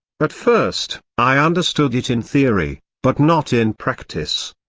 at first, i understood it in theory, but not in practice.